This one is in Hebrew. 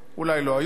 אולי לא היום,